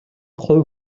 хувь